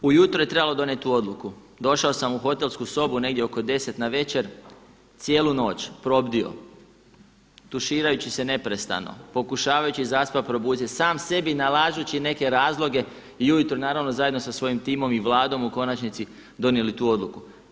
Ujutro je trebalo donijeti tu odluku, došao sam u hotelsku sobu negdje oko deset navečer, cijelu noć probdio, tuširajući se neprestano, pokušavajući zaspat probudit se, sam sebi nalažući neke razloge i ujutro naravno zajedno sa svojim timom i Vladom u konačnici donijeli tu odluku.